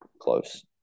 close